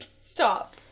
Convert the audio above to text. stop